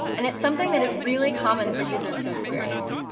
and it's something that is really common for users to experience.